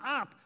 up